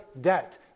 debt